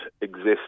exist